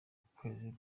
kwezi